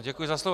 Děkuji za slovo.